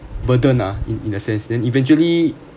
burden lah in in a sense then eventually